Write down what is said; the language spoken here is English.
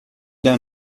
down